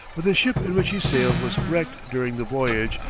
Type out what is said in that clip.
but the ship in which he sailed was wrecked during the voyage,